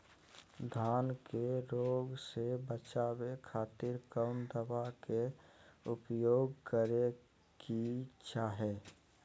धान के रोग से बचावे खातिर कौन दवा के उपयोग करें कि चाहे?